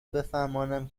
بفهمانم